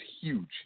huge